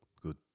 Good